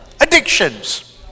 Addictions